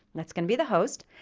and that's going to be the host,